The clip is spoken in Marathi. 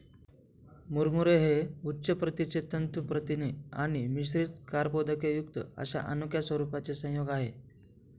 मुरमुरे हे उच्च प्रतीचे तंतू प्रथिने आणि मिश्रित कर्बोदकेयुक्त अशा अनोख्या स्वरूपाचे संयोग आहे